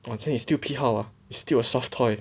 still 批号吗 is still a soft toy